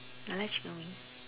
I like chicken wing